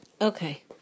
Okay